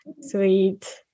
Sweet